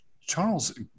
Charles